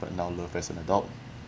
but now love as an adult